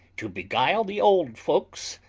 to beguile the old folks,